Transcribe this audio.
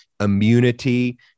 immunity